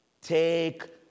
Take